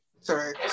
Sorry